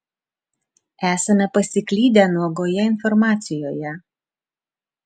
esame pasiklydę nuogoje informacijoje